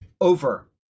over